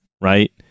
right